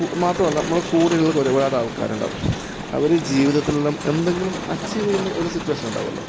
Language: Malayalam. മാത്രമല്ല നമ്മളുടെ കൂടെ ഉള്ള ഒരുപാട് ആൾക്കാരുണ്ടാകും അവർ ജീവിതത്തിലെല്ലാം എന്തെങ്കിലും അച്ചീവ് ചെയ്യുന്ന ഒരു സിറ്റുവേഷൻ ഉണ്ടാവോലോ